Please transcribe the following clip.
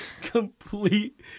Complete